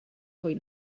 fwy